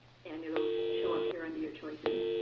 and it'll show up here under your choices.